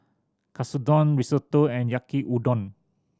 Katsudon Risotto and Yaki Udon